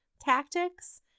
tactics